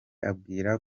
ambwira